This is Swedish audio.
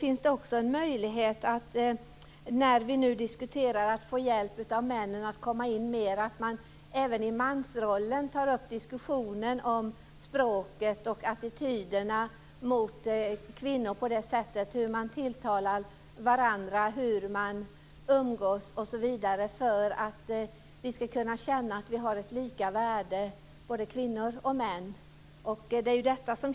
När vi nu diskuterar att få hjälp av männen att komma in mer, finns det då en möjlighet att man även i fråga om mansrollen tar upp diskussionen om språket och attityderna mot kvinnorna - hur man tilltalar varandra, hur man umgås, osv. för att vi ska kunna känna att kvinnor och män har lika värde?